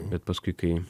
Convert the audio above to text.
bet paskui kai